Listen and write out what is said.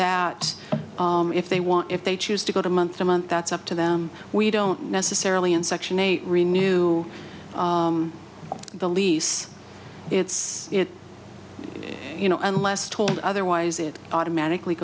that if they want if they choose to go to month to month that's up to them we don't necessarily in section eight renew the lease it's you know unless told otherwise it automatically